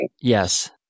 Yes